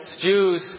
Jews